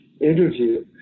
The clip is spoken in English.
interview